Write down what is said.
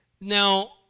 Now